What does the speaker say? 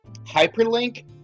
hyperlink